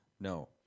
no